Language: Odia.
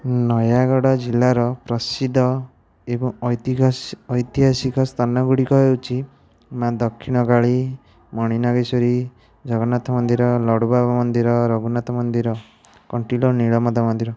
ନୟାଗଡ଼ ଜିଲ୍ଲାର ପ୍ରସିଦ୍ଧ ଏବଂ ଐତି ଐତିହାସିକ ସ୍ଥାନ ଗୁଡ଼ିକ ହେଉଛି ମା' ଦକ୍ଷିଣ କାଳି ମଣିନାଗେଶ୍ୱରୀ ଜଗନ୍ନାଥ ମନ୍ଦିର ଲଡ଼ୁ ବାବା ମନ୍ଦିର ରଘୁନାଥ ମନ୍ଦିର କଣ୍ଟିଲୋ ନୀଳମାଧବ ମନ୍ଦିର